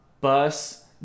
Bus